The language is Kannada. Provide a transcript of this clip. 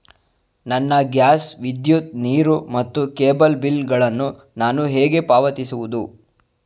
ನನ್ನ ಗ್ಯಾಸ್, ವಿದ್ಯುತ್, ನೀರು ಮತ್ತು ಕೇಬಲ್ ಬಿಲ್ ಗಳನ್ನು ನಾನು ಹೇಗೆ ಪಾವತಿಸುವುದು?